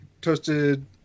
toasted